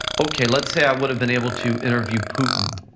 okay, let's say i would have been able to interview putin